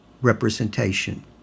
representation